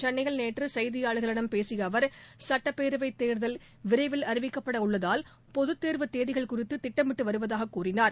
சென்னையில் நேற்றுசெய்தியாளர்களிடம் பேசியஅவர் சுட்டப்பேரவைத் தேர்தல் விரைவில் அறிவிக்கப்படவுள்ளதால் பொதுத் தேர்வு தேதிகள் குறித்துதிட்டமிட்டுவருவதாககூறினார்